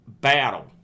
battle